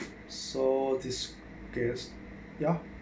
so this guest ya